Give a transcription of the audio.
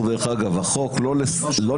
ושוב אני אומר